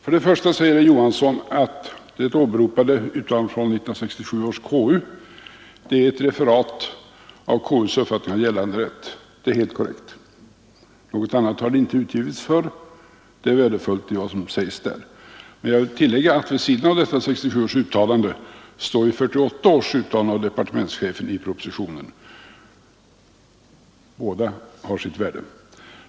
För det första säger herr Johansson att det åberopade uttalandet i konstitutionsutskottet 1967 är ett referat av KU:s uppfattning av gällande rätt. Det är helt korrekt. Något annat har det inte utgivits för att vara. Det är värdefullt vad som sägs där. Men jag vill tillägga att vid sidan om 1967 års uttalande står 1948 års uttalande av departementschefen i propositionen. Båda har sitt värde.